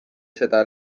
seda